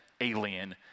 alien